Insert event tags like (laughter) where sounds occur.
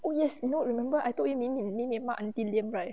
oh yes you know remember I told you min min min min (laughs) 骂 auntie lian right